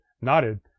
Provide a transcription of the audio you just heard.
nodded